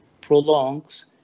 prolongs